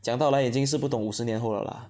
讲到来已经是不懂五十年后 liao lah